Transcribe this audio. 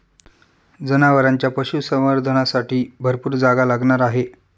जनावरांच्या पशुसंवर्धनासाठी भरपूर जागा लागणार आहे